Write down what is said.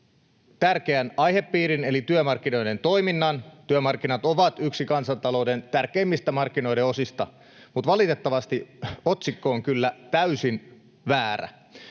tärkeän aihepiirin eli työmarkkinoiden toiminnan. Työmarkkinat ovat yksi kansantalouden tärkeimmistä markkinoiden osista, mutta valitettavasti otsikko on kyllä täysin väärä.